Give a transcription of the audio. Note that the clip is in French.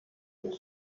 pour